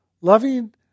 Loving